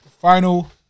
final